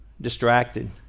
Distracted